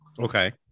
Okay